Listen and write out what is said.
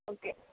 okay